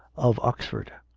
of oxford.